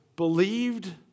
Believed